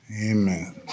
Amen